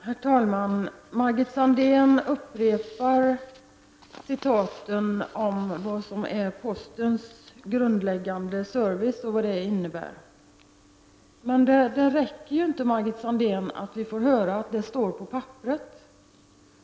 Herr talman! Margit Sandéhn upprepar vad som är postens grundläggande service och vad det innebär. Men det räcker inte, Margit Sandéhn, att vi får höra att det står på papperet.